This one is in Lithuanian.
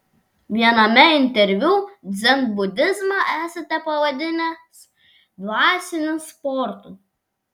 viename interviu dzenbudizmą esate pavadinęs dvasiniu sportu